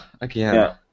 again